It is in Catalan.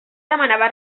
demanava